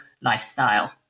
lifestyle